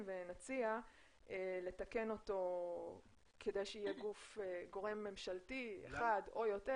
ונציע לתקן אותו כדי שיהיה גורם ממשלתי אחד או יותר,